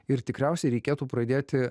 ir tikriausiai reikėtų pradėti